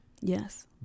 Yes